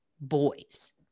boys